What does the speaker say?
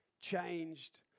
changed